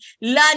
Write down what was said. learn